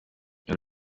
uru